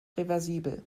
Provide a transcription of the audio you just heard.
reversibel